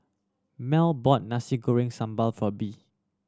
Mell bought Nasi Goreng Sambal for Bee